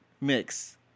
mix